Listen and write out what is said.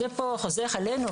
זה חוזר אלינו,